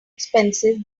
expensive